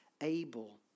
Abel